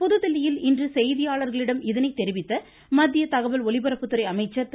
புதுதில்லியில் இன்று செய்தியாளர்களிடம் இதனைத் தெரிவித்த மத்திய தகவல் ஒலிபரப்புத்துறை அமைச்சர் திரு